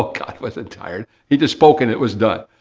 ah god, wasn't tired. he just spoke and it was done.